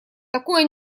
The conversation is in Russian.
такое